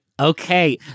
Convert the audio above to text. Okay